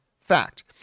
Fact